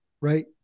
right